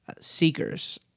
seekers